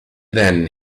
then